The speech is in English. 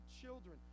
children